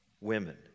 Women